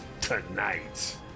tonight